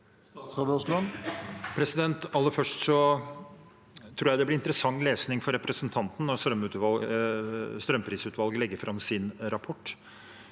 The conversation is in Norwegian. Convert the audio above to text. Aller først tror jeg det blir interessant lesning for representanten når strømprisutvalget legger fram sin rapport,